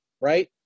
right